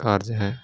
ਕਾਰਜ ਹੈ